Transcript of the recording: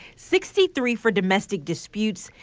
sixty three for domestic disputes,